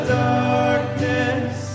darkness